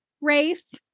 race